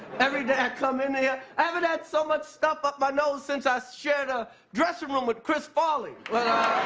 every day i come in here i haven't had so much stuff up my nose since i shared a dressing room with chris farley. but